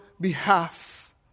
behalf